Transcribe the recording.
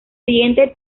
siguiente